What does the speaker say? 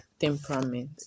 temperament